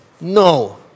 No